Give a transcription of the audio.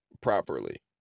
Properly